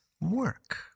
work